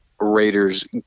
Raiders